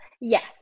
Yes